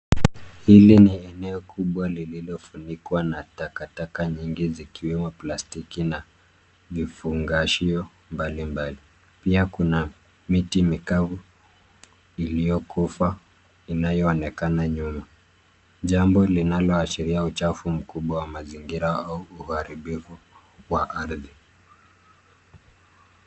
Hili ni eneo kubwa lililofunikwa na takataka nyingi zikiwa plastiki na mifungashio mbalimbali. Pia kuna miti mikavu iliyokufa inayoonekana nyuma jambo linaloashiria uchafu mkubwa wa mazingira au uharibifu wa ardhi.